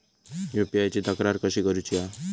UPI ची तक्रार कशी करुची हा?